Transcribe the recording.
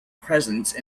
presence